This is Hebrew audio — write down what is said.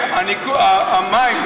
והמים,